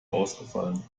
ausgefallen